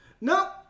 No